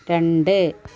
രണ്ട്